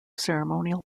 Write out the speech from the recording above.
ceremonial